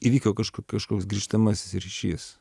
įvyko kažkoks grįžtamasis ryšys